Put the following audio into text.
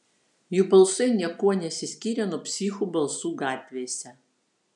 jų balsai niekuo nesiskyrė nuo psichų balsų gatvėse